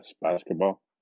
basketball